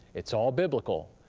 it's all biblical,